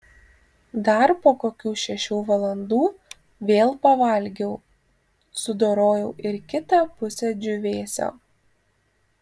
dar po kokių šešių valandų vėl pavalgiau sudorojau ir kitą pusę džiūvėsio